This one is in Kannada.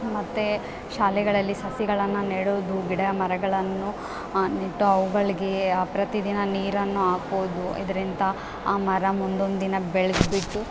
ಮತ್ತು ಶಾಲೆಗಳಲ್ಲಿ ಸಸಿಗಳನ್ನು ನೆಡೋದು ಗಿಡ ಮರಗಳನ್ನು ನೆಟ್ಟು ಅವುಗಳಿಗೆ ಪ್ರತಿದಿನ ನೀರನ್ನು ಹಾಕುವುದು ಇದ್ರಿಂದ ಆ ಮರ ಮುಂದೊಂದು ದಿನ ಬೆಳ್ದು ಬಿಟ್ಟು